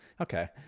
okay